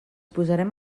posarem